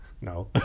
no